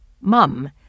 Mum